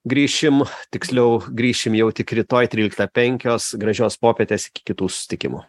grįšim tiksliau grįšim jau tik rytoj trylikta penkios gražios popietės iki kitų susitikimų